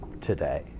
today